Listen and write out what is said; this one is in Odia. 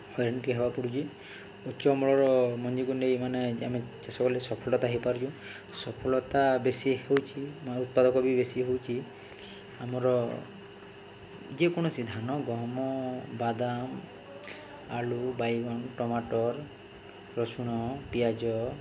ହଇରାଣ ଟିକେ ହେବାକୁ ପଡ଼ୁଛି ଉଚ୍ଚ ଅମଳର ମଞ୍ଜିକୁ ନେଇ ମାନେ ଆମେ ଚାଷ କଲେ ସଫଳତା ହୋଇପାରୁଛୁ ସଫଳତା ବେଶି ହେଉଛି ଉତ୍ପାଦକ ବି ବେଶୀ ହେଉଛି ଆମର ଯେକୌଣସି ଧାନ ଗହମ ବାଦାମ ଆଳୁ ବାଇଗଣ ଟମାଟର ରସୁଣ ପିଆଜ